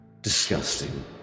Disgusting